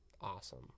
awesome